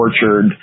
tortured